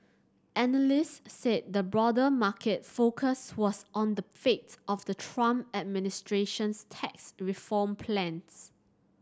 analysts said the broader market focus was on the fate of the Trump administration's tax reform plans